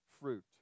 fruit